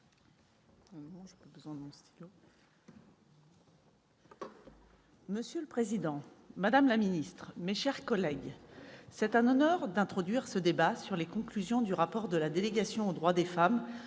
Monsieur le président, madame la secrétaire d'État, mes chers collègues, c'est un honneur d'introduire ce débat sur les conclusions du rapport de la délégation aux droits des femmes